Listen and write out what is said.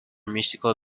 musical